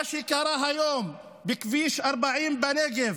מה שקרה היום בכביש 40 בנגב,